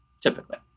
typically